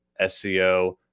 seo